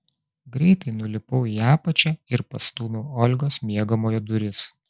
greitai nulipau į apačią ir pastūmiau olgos miegamojo duris